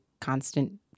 constant